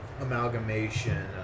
amalgamation